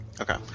Okay